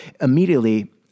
Immediately